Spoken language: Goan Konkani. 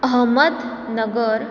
अहमदनगर